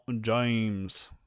James